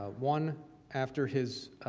ah one after his